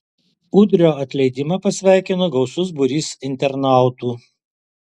udrio atleidimą pasveikino gausus būrys internautų